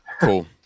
Cool